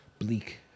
Bleak